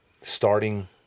starting